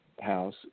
house